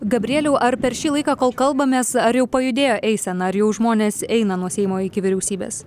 gabrieliau ar per šį laiką kol kalbamės ar jau pajudėjo eisena ar jau žmonės eina nuo seimo iki vyriausybės